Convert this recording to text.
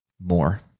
More